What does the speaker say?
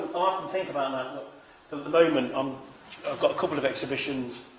often think about that, but at the moment um i've got a couple of exhibitions